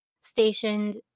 stationed